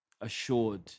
assured